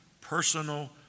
personal